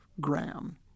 Graham